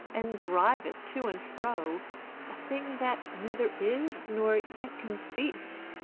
and drive it to and fro a thing that neither is, nor yet can cease,